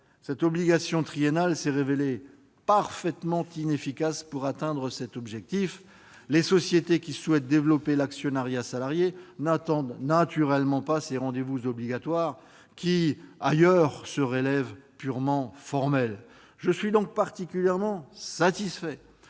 cette obligation triennale s'est révélée parfaitement inefficace pour atteindre cet objectif. Les sociétés qui souhaitent développer l'actionnariat salarié n'attendent évidemment pas ces rendez-vous obligatoires qui, ailleurs, se révèlent purement formels. Je suis donc particulièrement satisfait